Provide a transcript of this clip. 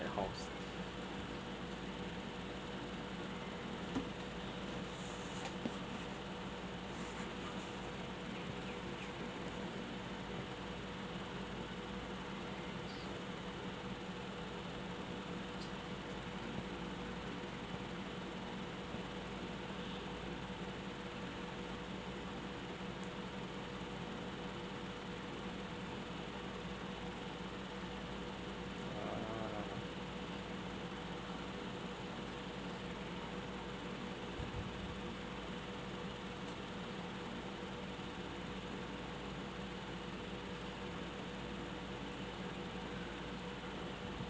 housen ah